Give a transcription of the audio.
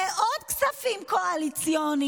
אלה עוד כספים קואליציוניים,